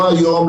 לא היום,